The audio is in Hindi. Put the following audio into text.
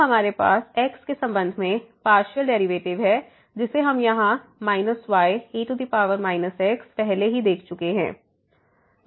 तो हमारे पास x के संबंध में पार्शियल डेरिवेटिव है जिसे हम यहां ye x पहले ही देख चुके हैं